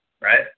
Right